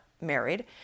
married